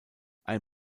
ein